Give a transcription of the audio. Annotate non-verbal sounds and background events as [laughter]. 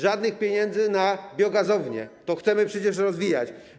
Żadnych pieniędzy na biogazownie, [noise] to chcemy przecież rozwijać.